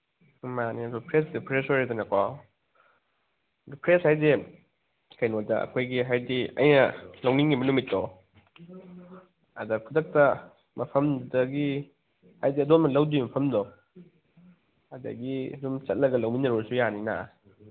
ꯎꯝ ꯃꯥꯅꯤ ꯑꯗꯨ ꯐ꯭ꯔꯦꯁꯇꯤ ꯐ꯭ꯔꯦꯁ ꯑꯣꯏꯔꯦꯗꯅꯀꯣ ꯑꯗꯨ ꯐ꯭ꯔꯦꯁ ꯍꯥꯏꯁꯦ ꯀꯩꯅꯣꯗ ꯑꯩꯈꯣꯏꯒꯤ ꯍꯥꯏꯗꯤ ꯑꯩꯅ ꯂꯧꯅꯤꯡꯉꯤꯕ ꯅꯨꯃꯤꯠꯇꯣ ꯑꯗ ꯈꯨꯗꯛꯇ ꯃꯐꯝꯗꯒꯤ ꯍꯥꯏꯗꯤ ꯑꯗꯣꯝꯗ ꯂꯧꯗꯣꯏ ꯃꯐꯝꯗꯣ ꯑꯗꯒꯤ ꯑꯗꯨꯝ ꯆꯠꯂꯒ ꯂꯧꯃꯤꯟꯅꯔꯨꯔꯁꯨ ꯌꯥꯅꯤꯅ